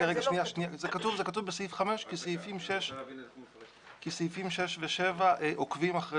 זה כתוב בסעיף 5 כסעיפים 6 ו-7 עוקבים אחרי